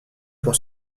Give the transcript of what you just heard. pour